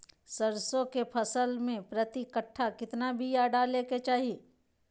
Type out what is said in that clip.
सरसों के फसल में प्रति कट्ठा कितना बिया डाले के चाही?